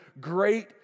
great